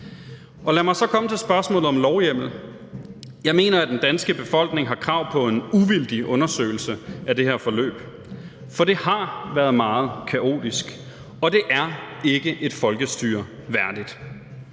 Lad mig så komme til spørgsmålet om lovhjemmel. Jeg mener, at den danske befolkning har krav på en uvildig undersøgelse af det her forløb, for det har været meget kaotisk, og det er ikke et folkestyre værdigt.